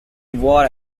wore